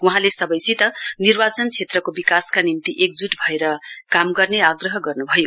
वहाँले सबैसित निर्वाचन क्षेत्रको विकासका निम्ति एकजूट भएर काम गर्ने आग्रह गर्नुभयो